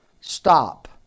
stop